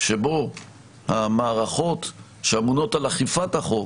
שבו המערכות שאמונות על אכיפת החוק